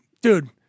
dude